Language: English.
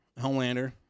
Homelander